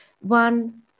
one